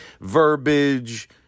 verbiage